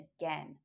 again